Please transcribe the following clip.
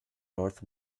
north